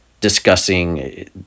discussing